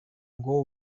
ngo